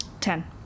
Ten